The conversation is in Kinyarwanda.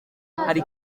hari